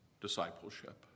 discipleship